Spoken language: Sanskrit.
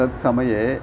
तत्समये